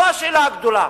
זו השאלה הגדולה.